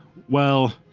well,